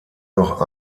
noch